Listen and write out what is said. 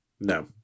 No